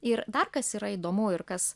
ir dar kas yra įdomu ir kas